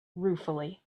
ruefully